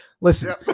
listen